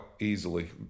easily